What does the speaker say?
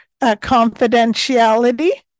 confidentiality